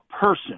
person